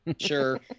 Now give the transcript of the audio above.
Sure